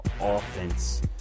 offense